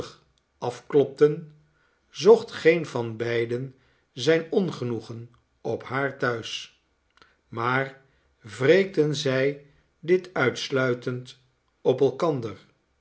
afklopten zocht geen van beiden zijn ongenoegen op haar thuis maar wreekten zij dit uitsluitend op elkander